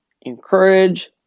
encourage